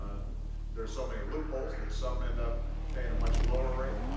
there's so many loopholes that some end up paying a much lower rate,